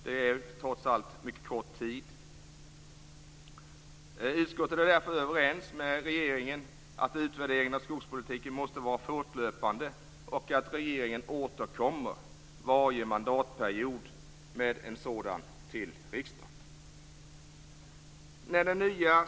Det är trots allt en mycket kort tid. Utskottet är därför överens med regeringen om att utvärderingen av skogspolitiken måste vara fortlöpande och att regeringen måste återkomma varje mandatperiod med en sådan till riksdagen.